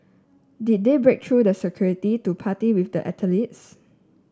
did they break through the security to party with the athletes